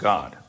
God